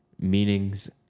Meanings